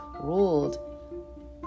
ruled